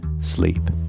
sleep